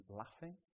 laughing